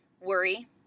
Worry